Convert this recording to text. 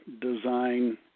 design